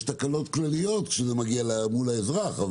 יש תקלות כלליות כשזה מגיע מול האזרח.